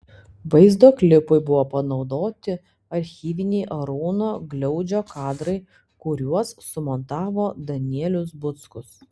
vaizdo klipui buvo panaudoti archyviniai arūno gliaudžio kadrai kuriuos sumontavo danielius buckus